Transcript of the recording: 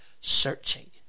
searching